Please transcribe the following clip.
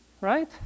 Right